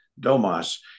Domas